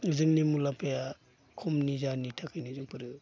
जोंनि मुलाम्फाया खमनि जाहोननि थाखायनो जोंफोरो